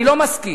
אני לא מסכים